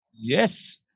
Yes